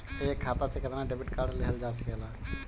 एक खाता से केतना डेबिट कार्ड लेहल जा सकेला?